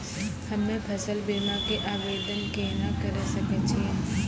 हम्मे फसल बीमा के आवदेन केना करे सकय छियै?